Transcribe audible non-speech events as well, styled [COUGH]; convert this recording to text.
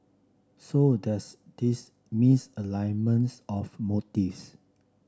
so there's this misalignment [UNINTELLIGIBLE] of motives